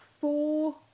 Four